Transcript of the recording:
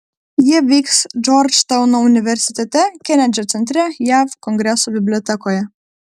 jie vyks džordžtauno universitete kenedžio centre jav kongreso bibliotekoje